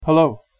Hello